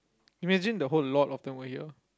imagine the whole lot of them over here